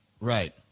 Right